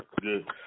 Good